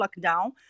lockdown